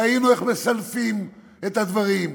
ראינו איך מסלפים את הדברים.